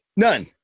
None